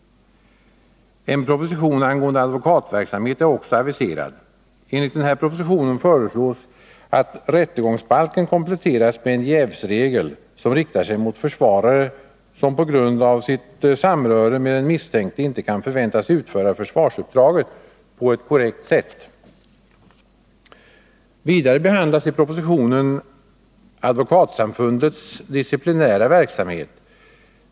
En proposition angående advokatverksamhet är också aviserad. Enligt denna proposition föreslås att rättegångsbalken kompletteras med en jävsregel, som riktar sig mot försvarare som på grund av sitt samröre med den misstänkte inte kan förväntas utföra försvarsuppdraget på ett korrekt sätt. Vidare behandlas i propositionen Advokatsamfundets disciplinära verksamhet.